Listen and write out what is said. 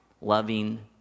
loving